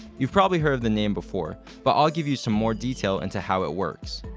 you've probably heard the name before, but i'll give you some more detail into how it works.